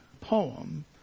poem